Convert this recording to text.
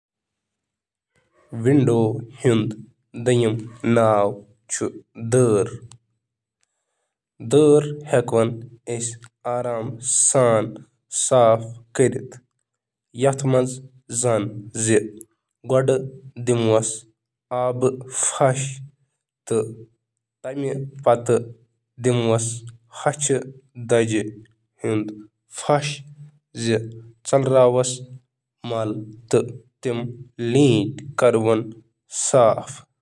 وینڈو صحیح پأٹھ صاف کرنْہ باپت، توہیہ ہیکیو کْرتھ: گردِ ہٹٲوِو، حَلَس سۭتۍ واش کٔرِو، کٔرِو خۄشٕک تہٕ پالش۔